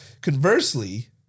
conversely